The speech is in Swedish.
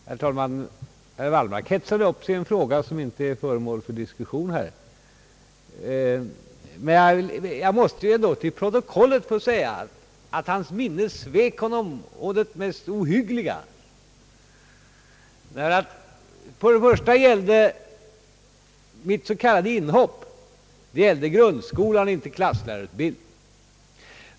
Herr talman! Herr Wallmark hetsade upp sig i en fråga som här inte är föremål för diskussion. Jag måste ändå till protokollet få säga, att hans minne svek honom å det mest ohyggliga! För det första gällde mitt s.k. inhopp grundskolan och inte klasslärarutbildningen.